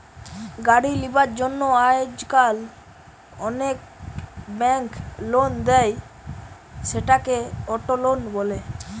গাড়ি লিবার জন্য আজকাল অনেক বেঙ্ক লোন দেয়, সেটাকে অটো লোন বলে